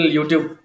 YouTube